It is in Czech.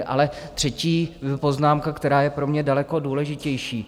Ale třetí poznámka, která je pro mě daleko důležitější.